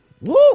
Woo